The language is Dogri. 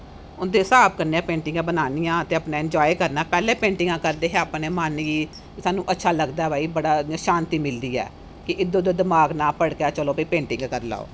उन्दे स्हाब कन्नै पेंटिंगां बनानियां ते अपने इनजाॅए करना पैहलें पैटिंगा करदे हो अपने मन गी सानू अच्छा लगदा हा भाई बड़ा इयां शांति मिलदी ऐ कि इद्घर उद्धर दिमाग ना भड़के चलो भाई पैटिंग करी लैओ